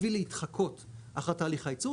בשביל להתחקות אחר תהליך הייצור,